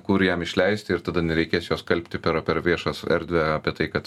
kur jam išleisti ir tada nereikės jo skalbti per per viešą erdvę apie tai kad